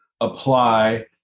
apply